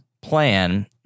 plan